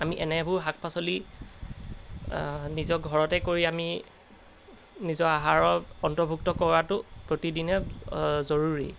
আমি এনেবোৰ শাক পাচলি নিজৰ ঘৰতে কৰি আমি নিজৰ আহাৰৰ অন্তৰ্ভুক্ত কৰাটো প্ৰতিদিনে জৰুৰী